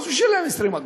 שילם 20 אגורות,